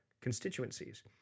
constituencies